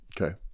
Okay